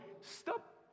stop